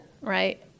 right